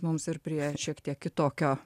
mums ir prie šiek tiek kitokio